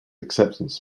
acceptance